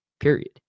Period